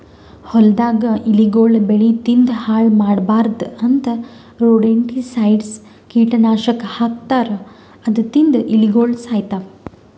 ಹೊಲ್ದಾಗ್ ಇಲಿಗೊಳ್ ಬೆಳಿ ತಿಂದ್ ಹಾಳ್ ಮಾಡ್ಬಾರ್ದ್ ಅಂತಾ ರೊಡೆಂಟಿಸೈಡ್ಸ್ ಕೀಟನಾಶಕ್ ಹಾಕ್ತಾರ್ ಅದು ತಿಂದ್ ಇಲಿಗೊಳ್ ಸಾಯ್ತವ್